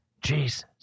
Jesus